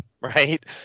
right